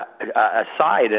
aside